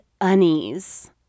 unease